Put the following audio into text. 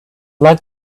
like